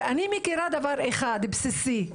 אני מכירה דבר אחד בסיסי,